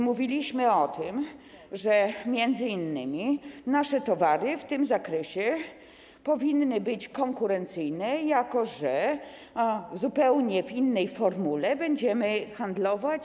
Mówiliśmy o tym, że m.in. nasze towary w tym zakresie powinny być konkurencyjne, jako że w zupełnie innej formule będziemy handlować.